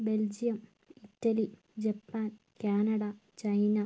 Belgium Italy Japan Canada China